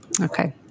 Okay